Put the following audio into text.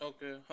Okay